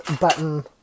button